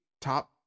top